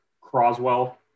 croswell